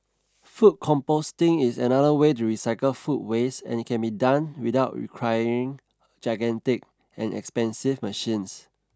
food composting is another way to recycle food waste and it can be done without requiring gigantic and expensive machines